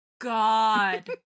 God